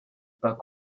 but